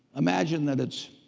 imagine that it's